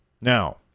Now